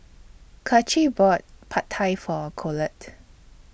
Kacie bought Pad Thai For Colette